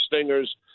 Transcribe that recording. stingers